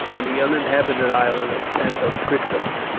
on the uninhabited island of santo cristos,